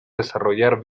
desarrollar